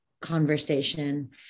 conversation